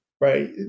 right